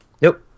Nope